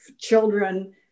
children